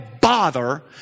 bother